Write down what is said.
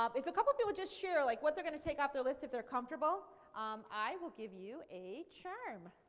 um if a couple of you would just share like what they're going to take off their list if they're comfortable i will give you a charm.